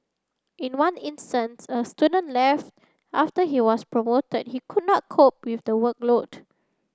in one instance a student left after he was promoted he could not cope with the workload